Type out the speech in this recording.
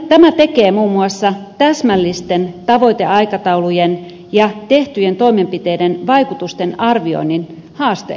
tämä tekee muun muassa täsmällisten tavoiteaikataulujen tekemisen ja tehtyjen toimenpiteiden vaikutusten arvioinnin haasteelliseksi